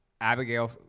Abigail